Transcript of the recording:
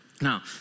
Now